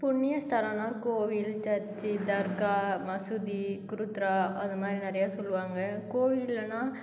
புண்ணிய ஸ்தலம்னா கோவில் சர்ச்சு தர்க்கா மசூதி குருத்துவாரா அதுமாதிரி நிறையா சொல்வாங்க கோவில்லனா